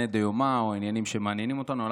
דיומא או על עניינים שמעניינים אותנו.